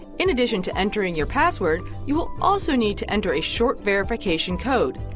in addition to entering your password, you will also need to enter a short verification code.